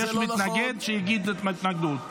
יש מתנגד שיגיד את ההתנגדות.